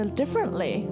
differently